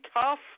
tough